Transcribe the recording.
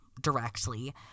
directly